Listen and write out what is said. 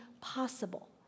possible